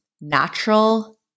natural